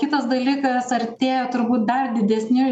kitas dalykas artėja turbūt dar didesni